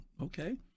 Okay